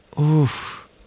Oof